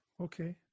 Okay